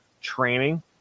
training